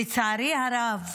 לצערי הרב,